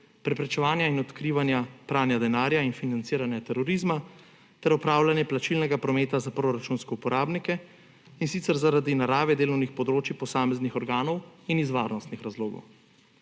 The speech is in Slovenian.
preprečevanja in odkrivanja pranja denarja in financiranja terorizma ter upravljanje plačilnega prometa za proračunske uporabnike, in sicer zaradi narave delovnih področij posameznih organov in iz varnostnih razlogov.